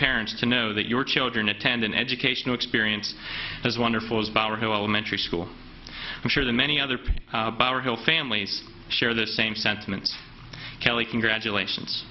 parents to know that your children attend an educational experience as wonderful as bauer who elementary school i'm sure the many other people were killed families share the same sentiments kelly congratulations